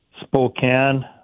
Spokane